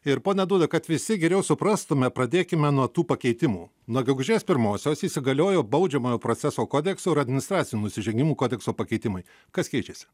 ir pone dūda kad visi geriau suprastume pradėkime nuo tų pakeitimų nuo gegužės pirmosios įsigaliojo baudžiamojo proceso kodekso ir administracinių nusižengimų kodekso pakeitimai kas keičiasi